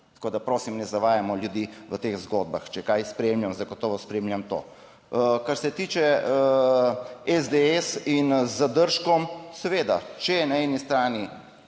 tako, da prosim, ne zavajamo ljudi v teh zgodbah. Če kaj spremljam, zagotovo spremljam to. Kar se tiče SDS in z zadržkom seveda, če na eni strani